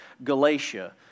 Galatia